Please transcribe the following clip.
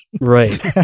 Right